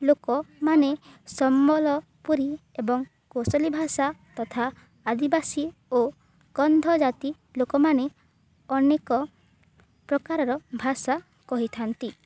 ସମ୍ବଲପୁରୀ ଏବଂ କୋଶଳୀ ଭାଷା ତଥା ଆଦିବାସୀ ଓ କନ୍ଧ ଜାତି ଲୋକମାନେ ଅନେକ ପ୍ରକାରର ଭାଷା କହିଥାନ୍ତି